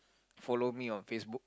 follow me on Facebook